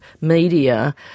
media